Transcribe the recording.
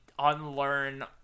Unlearn